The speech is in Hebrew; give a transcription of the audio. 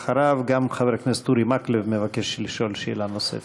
אחריו גם חבר הכנסת אורי מקלב מבקש לשאול שאלה נוספת.